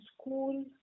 school